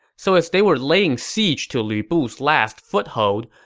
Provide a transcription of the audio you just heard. so as they were laying siege to lu bu's last foothold,